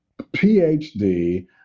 PhD